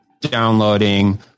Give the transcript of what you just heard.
downloading